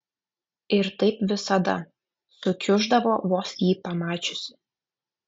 ir taip visada sukiuždavo vos jį pamačiusi